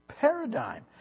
paradigm